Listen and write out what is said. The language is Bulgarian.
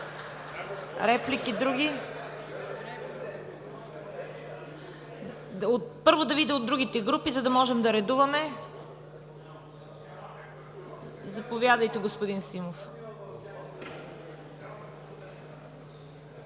Реплики, други? Първо, да видя от другите групи, за да може да редуваме. Заповядайте, господин Симов.